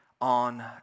on